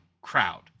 crowd